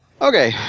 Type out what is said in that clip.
Okay